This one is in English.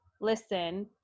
listen